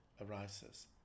arises